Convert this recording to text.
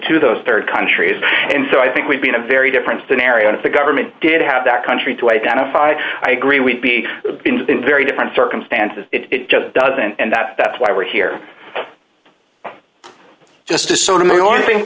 to those rd countries and so i think we'd be in a very different scenario if the government did have that country to identify i agree we'd be been in very different circumstances it just doesn't and that's that's why we're here just to sotomayor thing